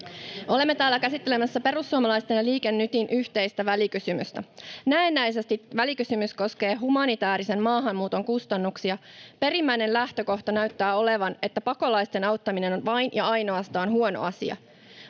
Olemme täällä käsittelemässä perussuomalaisten ja Liike Nytin yhteistä välikysymystä. Näennäisesti välikysymys koskee humanitäärisen maahanmuuton kustannuksia. Perimmäinen lähtökohta näyttää olevan, että pakolaisten auttaminen on vain ja ainoastaan huono asia.